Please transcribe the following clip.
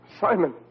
Simon